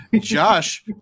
Josh